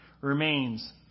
remains